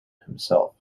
himself